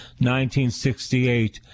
1968